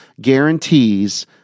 guarantees